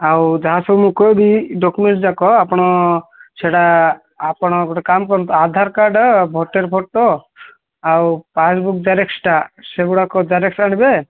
ଆଉ ଯାହା ସବୁ ମୁଁ କହିବି ଡକ୍ୟୁମେଣ୍ଟସ୍ ଯାକ ଆପଣ ସେଇଟା ଆପଣ ଗୋଟେ କାମ କରନ୍ତୁ ଆଧାର କାର୍ଡ଼ ଭୋଟର ଫଟୋ ଆଉ ପାସ୍ବୁକ୍ ଜେରକ୍ସଟା ସେଗୁଡ଼ାକ ଜେରକ୍ସ ଆଣିବେ